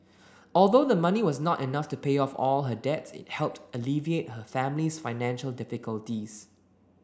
although the money was not enough to pay off all her debts it helped alleviate her family's financial difficulties